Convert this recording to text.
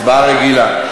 הצבעה רגילה.